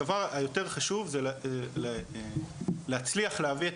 הדבר היותר חשוב זה להצליח להביא את